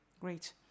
Great